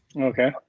Okay